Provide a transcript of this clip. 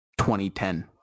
2010